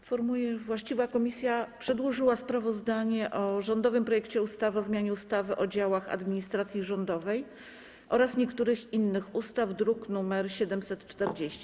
Informuję, że właściwa komisja przedłożyła sprawozdanie o rządowym projekcie ustawy o zmianie ustawy o działach administracji rządowej oraz niektórych innych ustaw, druk nr 740.